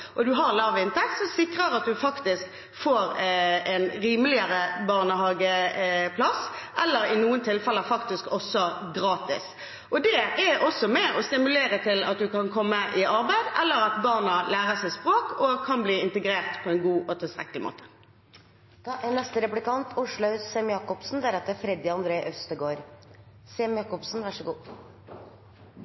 og har lav inntekt – sikres en rimeligere, eller i noen tilfeller faktisk gratis, barnehageplass. Det er også med på å stimulere til at man kan komme i arbeid, eller til at barna lærer seg språk og kan bli integrert på en god og tilstrekkelig måte. Jeg er